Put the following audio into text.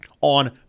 on